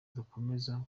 dukomeza